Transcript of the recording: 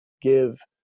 give